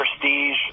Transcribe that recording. prestige